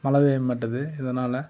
மழை பெய்ய மாட்டுது இதனால்